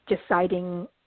deciding –